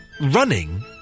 running